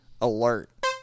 Alert